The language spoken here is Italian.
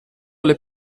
alle